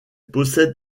possède